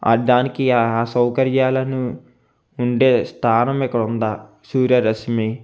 దానికి ఆ సౌకర్యాలను ఉండే స్థానం ఇక్కడ ఉందా సూర్యరశ్మి